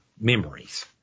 memories